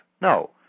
No